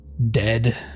Dead